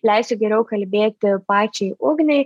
leisiu geriau kalbėti pačiai ugnei